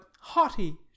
haughty